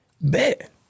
Bet